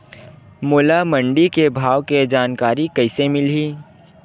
मोला मंडी के भाव के जानकारी कइसे मिलही?